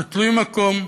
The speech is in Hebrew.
זה תלוי מקום,